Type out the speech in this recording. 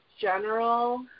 general